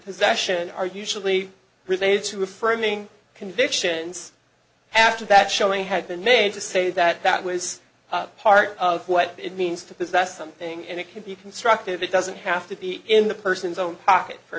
possession are usually related to affirming convictions after that showing had been made to say that that was part of what it means to this that's something and it can be constructive it doesn't have to be in the person's own pocket for